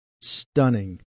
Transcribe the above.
stunning